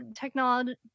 technology